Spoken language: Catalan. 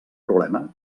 problema